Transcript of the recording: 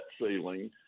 ceiling